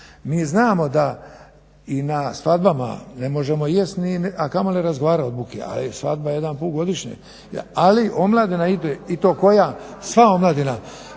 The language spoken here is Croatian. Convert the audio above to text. Mi znamo da i na svadbama ne možemo ni jest a kamoli razgovarat od buke, ali svadba je jedanput godišnje, ali omladina ide i to koja, sva omladina,